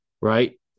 right